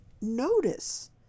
notice